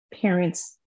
parents